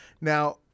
now